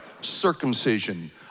circumcision